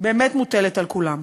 באמת מוטלת על כולם.